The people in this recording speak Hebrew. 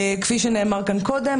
כפי שנאמר כאן קודם,